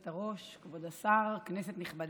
כבוד היושבת-ראש, כבוד השר, כנסת נכבדה,